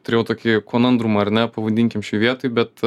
turėjau tokį konandrumą ar ne pavadinkim šioj vietoj bet